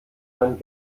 man